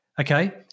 okay